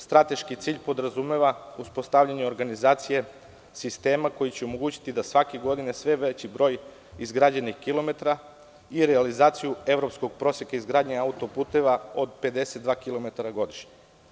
Strateški cilj podrazumeva uspostavljanje organizacije sistema koji će omogućiti svake godine sve veći broj izgrađenih kilometara i realizaciju evropskog proseka izgradnje autoputeva od 52 kilometara godišnje.